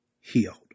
healed